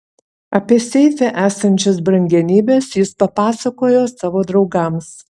apie seife esančias brangenybes jis papasakojo savo draugams